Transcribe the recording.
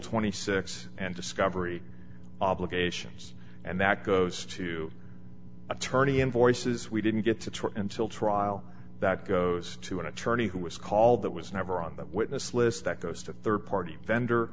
twenty six and discovery obligations and that goes to attorney invoices we didn't get to until trial that goes to an attorney who was called that was never on the witness list that goes to rd party vendor